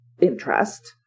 interest